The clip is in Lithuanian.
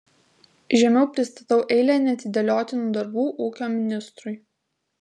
žemiau pristatau eilę neatidėliotinų darbų ūkio ministrui